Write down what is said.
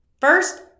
First